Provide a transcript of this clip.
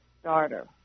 starter